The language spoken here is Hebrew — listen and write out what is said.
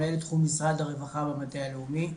מנהל תחום משרד הרווחה במטה הלאומי.